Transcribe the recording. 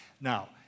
Now